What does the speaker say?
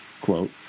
quote